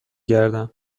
گردم